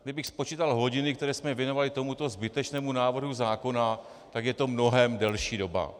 Kdybych spočítat hodiny, které jsme věnovali tomuto zbytečnému návrhu zákona, tak je to mnohem delší doba.